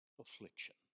affliction